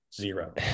Zero